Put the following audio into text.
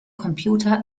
computer